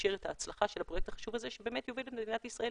לאפשר את ההצלחה של הפרויקט החשוב הזה שבאמת יוביל את מדינת ישראל